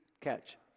catch